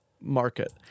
market